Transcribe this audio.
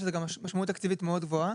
יש לזה גם משמעות תקציבית מאוד גבוהה.